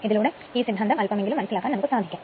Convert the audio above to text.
ഇതിലൂടെ നമുക്ക് ഈ സിദ്ധാന്തം അല്പം മനസിലാക്കാൻ സാധിക്കും